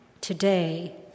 today